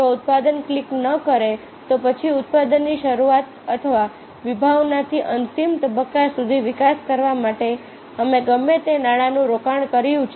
જો ઉત્પાદન ક્લિક ન કરે તો પછી ઉત્પાદનની શરૂઆત અથવા વિભાવનાથી અંતિમ તબક્કા સુધી વિકાસ કરવા માટે અમે ગમે તે નાણાંનું રોકાણ કર્યું છે